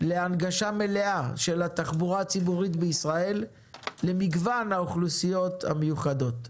להנגשה מלאה של התחבורה הציבורית בישראל למגוון האוכלוסיות המיוחדות.